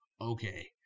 okay